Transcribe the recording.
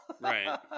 Right